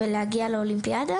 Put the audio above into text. ולהגיע לאולימפיאדה,